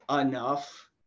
enough